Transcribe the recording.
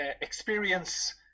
experience